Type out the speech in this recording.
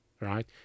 right